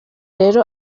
rero